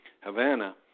Havana